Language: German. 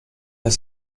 hast